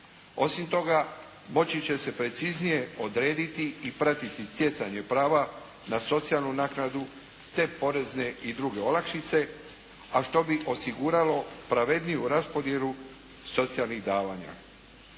Osim toga moći će se preciznije odrediti i pratiti stjecanje prava na socijalnu naknadu te porezne i druge olakšice a što bi osiguralo pravedniju raspodjelu socijalnih davanja.